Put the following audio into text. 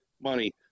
money